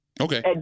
Okay